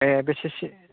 ए बेसे सो